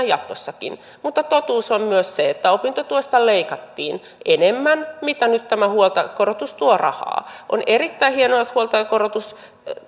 jatkossakin mutta totuus on myös se että opintotuesta leikattiin enemmän mitä nyt tämä huoltajakorotus tuo rahaa on erittäin hienoa että huoltajakorotus